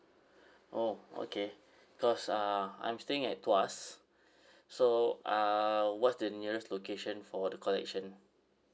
oh okay cause um I'm staying at tuas so uh what's the nearest location for the collection